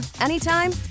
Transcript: anytime